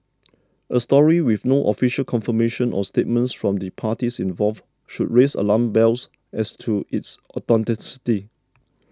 a story with no official confirmation or statements from the parties involved should raise alarm bells as to its authenticity